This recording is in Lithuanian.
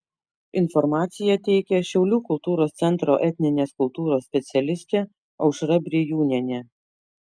informaciją teikia šiaulių kultūros centro etninės kultūros specialistė aušra brijūnienė